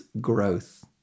growth